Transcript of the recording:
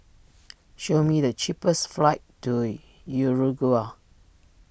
show me the cheapest flights to Uruguay